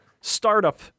startup